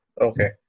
Okay